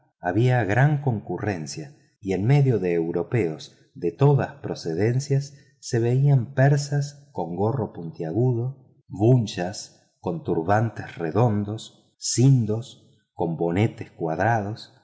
había gran concurrencia y en medio de europeos de todas procedencias se veían persas con gorro puntiagudo bunhyas con turbantes redondos sindos con bonetes cuadrados